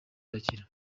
udakira